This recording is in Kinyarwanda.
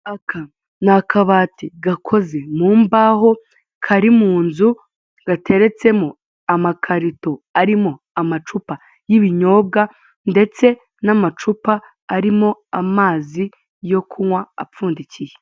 Aka ni akabati gakozwe mu mbaho, Kari munzu, gateretsemo amakarito arimo amacupa y'ibinyobwa, ndetse n'amacupa arimo amazi yo kunywa apfundikiye.